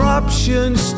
options